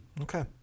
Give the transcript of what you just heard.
Okay